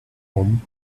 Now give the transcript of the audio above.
home